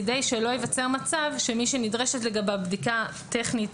כדי שלא ייווצר מצב כדי שלא ייווצר מצב שמי שנדרשת לגביו בדיקה טכנית